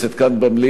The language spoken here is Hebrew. כאן במליאה,